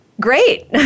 Great